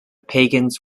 pagans